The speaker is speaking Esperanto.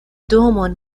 domon